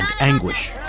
anguish